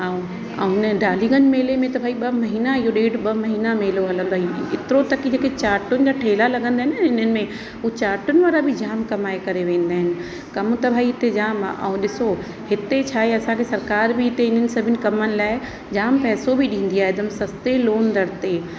ऐं ऐं हिन डालीगंज मेले में त भई ॿ महीना इहो ॾेढ ॿ महीना मेलो हलंदो आहे एतिरो तक की जेके चांटुन जा ठेला लॻंदा आहिनि न इन्हनि में हू चांटुन वारा बि जाम कमाए करे वेंदा आहिनि कम त भाई हिते जाम आहे ऐं ॾिसो हिते छा आहे असांखे सरकार बि हिते इन्हनि सभिनि कमनि लाइ जाम पैसो बि ॾींदी आहे हिकदमि सस्ते लोन दर ते